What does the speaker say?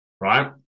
right